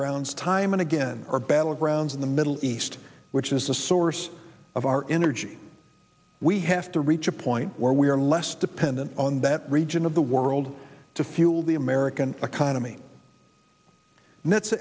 grounds time and again are battlegrounds in the middle east which is the source of our energy we have to reach a point where we are less dependent on that region of the world to fuel the american economy